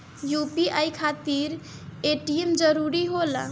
UPI खातिर ATM जरूरी होला?